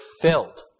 filled